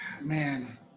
Man